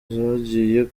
zagiye